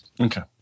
Okay